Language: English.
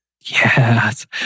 Yes